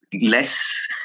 Less